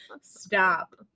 Stop